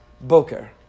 Boker